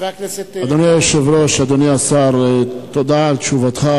אדוני היושב-ראש, אדוני השר, תודה על תשובתך.